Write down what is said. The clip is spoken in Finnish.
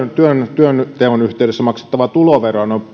työnteon yhteydessä maksettavaa tuloveroa